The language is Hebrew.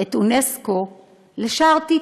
את אונסק"ו לשער טיטוס,